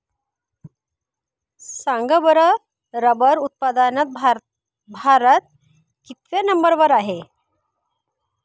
सांगा बरं रबर उत्पादनात भारत कितव्या नंबर वर आहे?